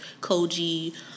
Koji